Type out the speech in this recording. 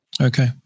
Okay